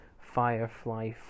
Firefly